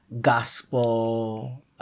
gospel